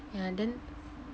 yeah then